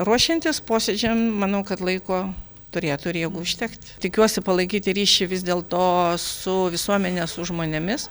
ruošiantis posėdžiam manau kad laiko turėtų užtekt tikiuosi palaikyti ryšį vis dėlto su visuomene su žmonėmis